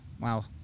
wow